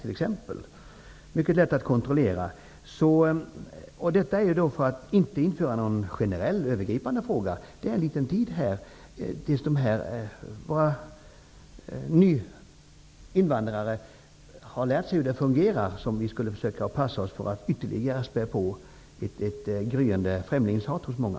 Det är mycket lätt att kontrollera. Detta är då inte fråga om någon generell övergripande åtgärd. Det gäller en kort tid tills de här invandrarna har lärt sig hur det fungerar. På detta sätt kunde vi undvika att vi ytterligare spär på ett gryende främlingshat hos många.